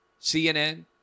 CNN